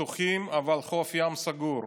פתוחים אבל חוף הים סגור,